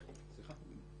סליחה?